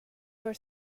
were